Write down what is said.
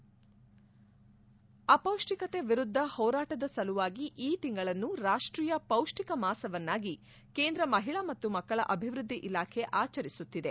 head ಅಪೌಷ್ಟಿಕತೆ ವಿರುದ್ದ ಹೋರಾಟದ ಸಲುವಾಗಿ ಈ ತಿಂಗಳನ್ನು ರಾಷ್ಲೀಯ ಪೌಷ್ಟಿಕ ಮಾಸವನ್ನಾಗಿ ಕೇಂದ್ರ ಮಹಿಳಾ ಮತ್ತು ಮಕ್ಕಳ ಅಭಿವೃದ್ಧಿ ಇಲಾಖೆ ಆಚರಿಸುತ್ತಿದೆ